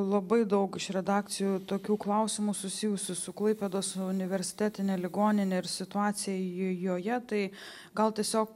labai daug iš redakcijų tokių klausimų susijusių su klaipėdos universitetine ligonine ir situacija jo joje tai gal tiesiog